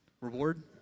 Reward